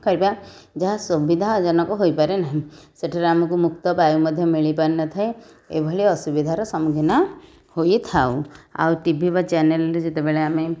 କରିବା ଯାହା ସୁବିଧାଜନକ ହୋଇପାରେନାହିଁ ସେଠାରେ ଆମକୁ ମୁକ୍ତ ବାୟୁ ମଧ୍ୟ ମିଳିପାରିନଥାଏ ଏଭଳି ଅସୁବିଧାର ସମ୍ମୁଖୀନ ହୋଇଥାଉ ଆଉ ଟି ଭି ବା ଚ୍ୟାନେଲରେ ଯେତେବେଳେ ଆମେ